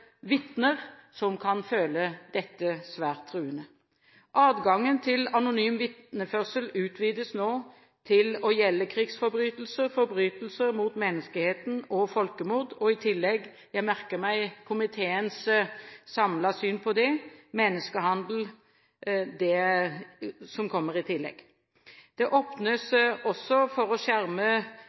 vitner som kan føle dette svært truende. Adgangen til anonym vitneførsel utvides nå til å gjelde krigsforbrytelser, forbrytelser mot menneskeheten og folkemord, i tillegg til – jeg merker meg komiteens samlede syn på det – menneskehandel. Det åpnes også for å skjerme